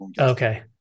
Okay